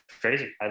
crazy